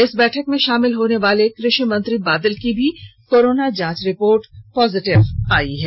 इस बैठक में शामिल होने वाले कृषि मंत्री बादल की भी कोरोना जांच रिपोर्ट पॉजिटिव आयी है